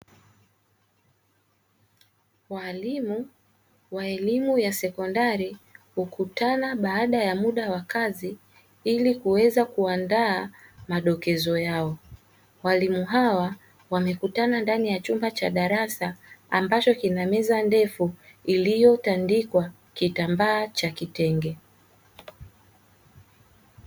Waalimu wa elimu ya sekondari hukutana baada ya muda wa kazi ili kuweza kuandaa madokezo yao. Walimu hawa wamekutana ndani ya chumba cha darasa ambacho kina meza ndefu iliyotandikwa kitambaa cha kitenge.